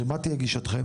מה תהיה גישתכם?